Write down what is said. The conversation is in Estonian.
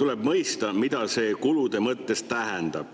tuleb mõista, mida see kulude mõttes tähendab.